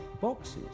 boxes